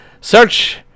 Search